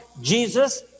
Jesus